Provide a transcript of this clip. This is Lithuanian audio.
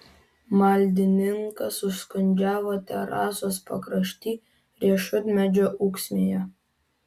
maldininkas užkandžiavo terasos pakrašty riešutmedžio ūksmėje